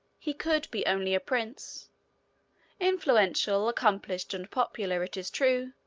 he could be only a prince influential, accomplished, and popular, it is true,